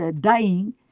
dying